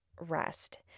rest